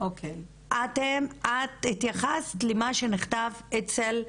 את התייחסת למה שנכתב אצל הממ"מ,